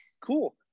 cool